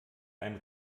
ein